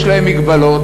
ויש עליהן מגבלות,